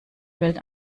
welt